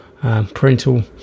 parental